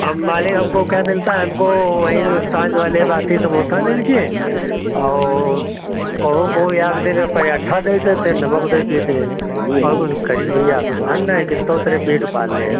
हम मालिक हमको क्या मिलता है हमको वहीं साँझ वाले बासी समोसा मिलते हैं और कोई कोई एक दिन पराठा दे देते हैं नमक दे देते हैं और कुछ करित भैया नई किस तरह पेट पाल रहे हैं